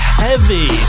heavy